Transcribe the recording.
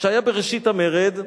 שהיה בראשית המרד,